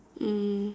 mm